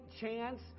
chance